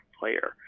player